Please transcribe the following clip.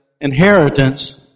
inheritance